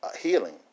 healing